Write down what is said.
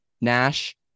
Nash